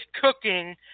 cooking